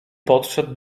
podszedł